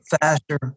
faster